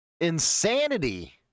insanity